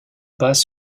pas